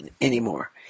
anymore